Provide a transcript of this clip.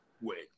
wait